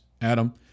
Adam